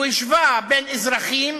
הוא השווה אזרחים